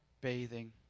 bathing